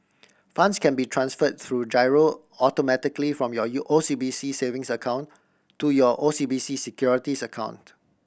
funds can be transfer through giro automatically from your U O C B C savings account to your O C B C Securities account